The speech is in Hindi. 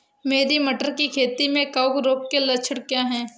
मेरी मटर की खेती में कवक रोग के लक्षण क्या हैं?